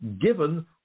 given